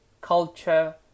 culture